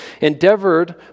Endeavored